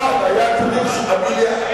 100 מיליון, זה בסדר, זה מצוין.